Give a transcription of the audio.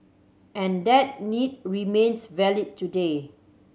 and that need remains valid today